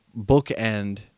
bookend